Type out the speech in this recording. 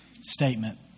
statement